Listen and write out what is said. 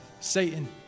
Satan